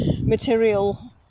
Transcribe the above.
material